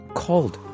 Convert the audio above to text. called